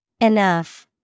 Enough